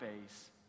face